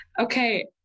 Okay